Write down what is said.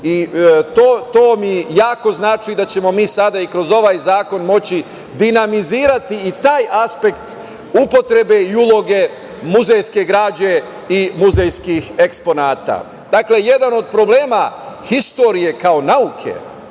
To mi jako znači, da ćemo mi sada i kroz ovaj zakon moći dinamizirati i taj aspekt upotrebe i uloge muzejske građe i muzejskih eksponata. Dakle, jedan od problema historije kao nauke